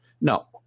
No